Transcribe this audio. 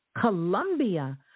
Colombia